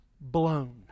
blown